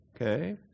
okay